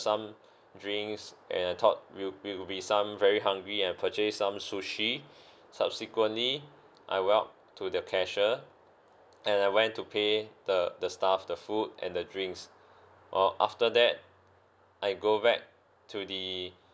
some drinks and I thought we'll we will be some very hungry and purchased some sushi subsequently I to the cashier and I went to pay the the staff the food and the drinks while after that I go back to the